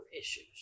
issues